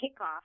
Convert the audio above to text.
kickoff